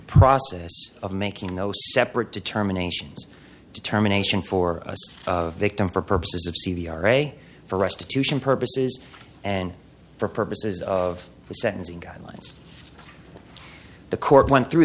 process of making those separate determinations determination for a victim for purposes of c v r ray for restitution purposes and for purposes of the sentencing guidelines the court went through